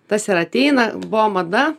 tas ir ateina buvo mada